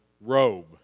robe